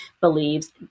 believes